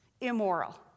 immoral